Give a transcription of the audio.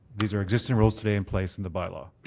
these are existing rules today in place in the bylaw.